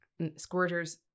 squirters